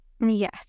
Yes